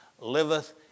liveth